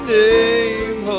name